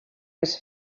was